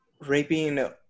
raping